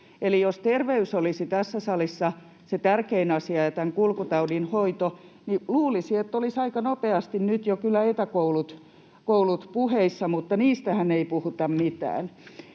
jos terveys olisi tässä salissa se tärkein asia ja tämän kulkutaudin hoito, niin luulisi, että olisivat aika nopeasti nyt jo kyllä etäkoulut puheissa, mutta niistähän ei puhuta mitään.